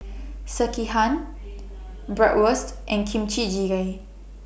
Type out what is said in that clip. Sekihan Bratwurst and Kimchi Jigae